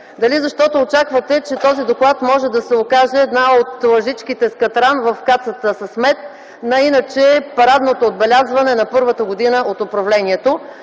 Дали защото очаквате, че този доклад може да се окаже една от лъжичките с катран в кацата с мед на иначе парадното отбелязване на първата година от управлението?